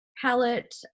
palette